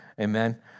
Amen